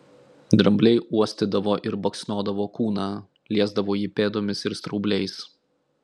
drambliai uostydavo ir baksnodavo kūną liesdavo jį pėdomis ir straubliais